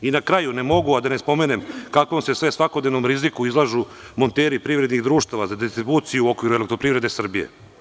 Na kraju, ne mogu a da ne spomenem kakvom se sve svakodnevnom riziku izlažu monteri privrednih društava za distribuciju u okviru EPS.